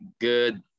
good